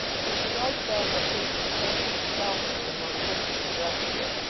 which was like that of a person tramping stealthily among bushes and brushwood.